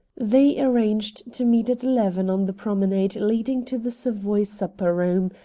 they arranged to meet at eleven on the promenade leading to the savoy supper-room,